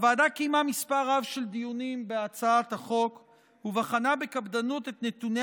הוועדה קיימה מספר רב של דיונים בהצעת החוק ובחנה בקפדנות את נתוני